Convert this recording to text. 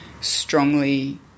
strongly